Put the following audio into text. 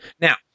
Now